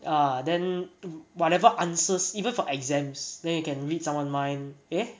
ah then whatever answers even for exams then you can read someone mind eh